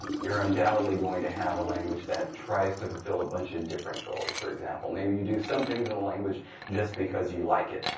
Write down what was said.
you're undoubtedly going to have a language that tries to fulfill a bunch of different goals. for example, maybe you do some things in the language just because you like it.